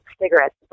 cigarettes